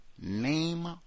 name